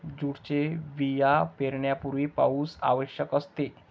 जूटचे बिया पेरण्यापूर्वी पाऊस आवश्यक असते